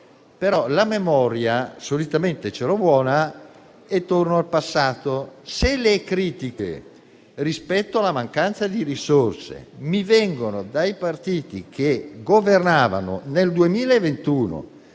mia memoria solitamente è buona e quindi torno al passato: se le critiche rispetto alla mancanza di risorse mi vengono dai partiti che governavano nel 2021,